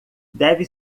deve